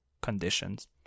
conditions